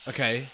Okay